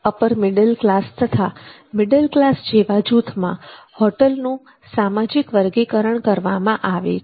upper middle class તથા middle class જેવા જૂથમાં હોટલનું સામાજિક વર્ગીકરણ કરવામાં આવે છે